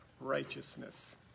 righteousness